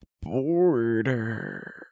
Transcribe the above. border